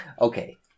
Okay